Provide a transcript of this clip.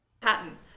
pattern